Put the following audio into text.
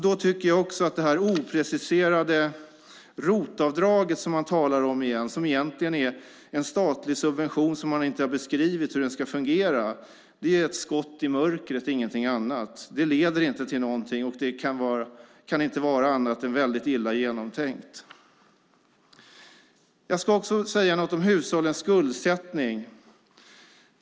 Då är det opreciserade ROT-avdraget som man talar om igen, som egentligen är en statlig subvention som man inte har beskrivit hur det ska fungera, ett skott i mörkret och ingenting annat. Det leder inte till någonting, och det kan inte vara annat än väldigt illa genomtänkt. Jag ska också säga något om hushållens skuldsättning.